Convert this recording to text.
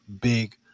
big